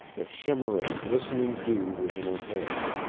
the shimmer of glistening dew was in her hair.